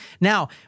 Now